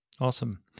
Awesome